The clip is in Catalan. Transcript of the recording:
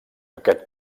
aquest